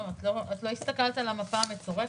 לא הסתכלת על המפה המצורפת.